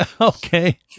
Okay